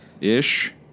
ish